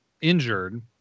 injured